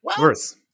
worse